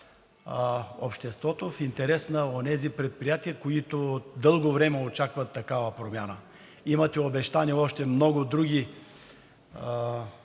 обществото, в интерес на онези предприятия, които дълго време очакват такава промяна. Имате обещани още много други